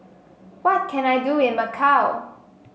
what can I do in Macau